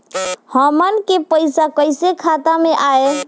हमन के पईसा कइसे खाता में आय?